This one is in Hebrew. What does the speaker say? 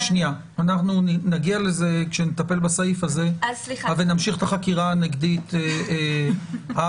נגיע לזה כשנטפל בסעיף הזה ונמשיך את החקירה הנגדית אז.